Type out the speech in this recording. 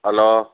hello